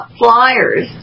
flyers